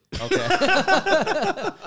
Okay